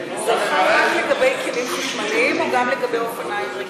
זה נכון רק לגבי כלים חשמליים או גם לגבי אופניים רגילים?